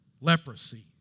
Leprosy